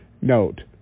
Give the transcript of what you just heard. Note